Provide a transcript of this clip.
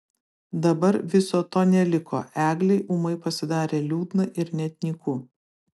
dabar viso to neliko eglei ūmai pasidarė liūdna ir net nyku